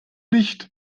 nicht